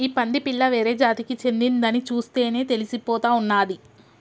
ఈ పంది పిల్ల వేరే జాతికి చెందిందని చూస్తేనే తెలిసిపోతా ఉన్నాది